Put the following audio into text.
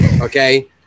Okay